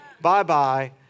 Bye-bye